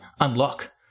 unlock